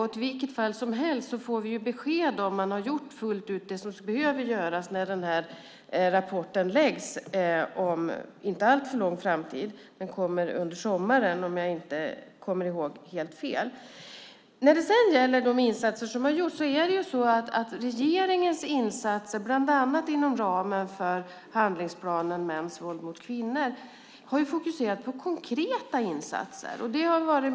Hur som helst får vi besked om man har gjort fullt ut det som behöver göras när rapporten läggs fram om en inte alltför lång tid. Den kommer under sommaren, om jag inte kommer ihåg helt fel. De insatser som gjorts av regeringen bland annat inom ramen för handlingsplanen Mäns våld mot kvinnor har fokuserat på konkreta insatser.